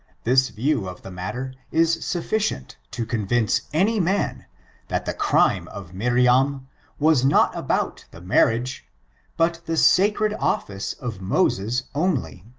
this view of the matter is sufficient to convince any man that the crime of miriam was not about the marriage but the sacred office of moses only.